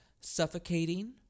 suffocating